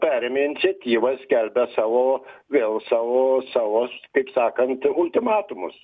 perėmė iniciatyvą skelbia savo vėl savo savo taip sakant ultimatumus